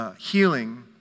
Healing